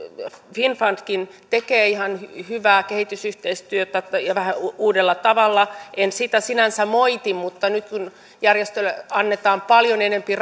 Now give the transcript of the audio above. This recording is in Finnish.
finnfundkin tekee ihan hyvää kehitysyhteistyötä ja vähän uudella tavalla en sitä sinänsä moiti mutta nyt kun järjestölle annetaan paljon enempi